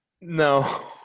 No